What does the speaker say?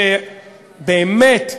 שבאמת,